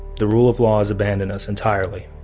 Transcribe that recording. the rule of law has abandon us entirely.